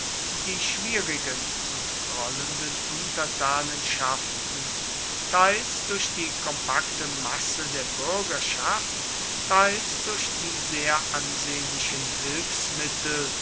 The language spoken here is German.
die schwierigen und grollenden untertanenschaften teils durch die kompakte masse der bürgerschaft teils durch die sehr ansehnlichen hilfsmittel